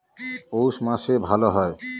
পৌষ মাসে ভালো হয়?